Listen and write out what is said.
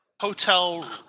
hotel